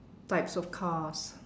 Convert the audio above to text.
types of cars